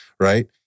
Right